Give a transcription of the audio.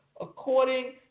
According